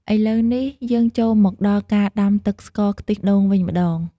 ឥឡូវនេះ យើងចូលមកដល់ការដាំទឹកស្ករខ្ទិះដូងវិញម្ដង។